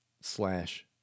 slash